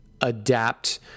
adapt